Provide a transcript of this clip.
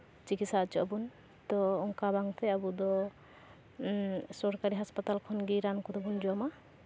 ᱪᱤᱠᱤᱥᱥᱟ ᱦᱚᱪᱚᱜ ᱟᱵᱚᱱ ᱛᱳ ᱚᱱᱠᱟ ᱵᱟᱝ ᱛᱮ ᱟᱵᱚ ᱫᱚ ᱥᱚᱨᱠᱟᱨᱤ ᱦᱟᱥᱯᱟᱛᱟᱞ ᱠᱷᱚᱱᱜᱮ ᱨᱟᱱ ᱠᱚᱫᱚ ᱵᱚᱱ ᱡᱚᱢᱟ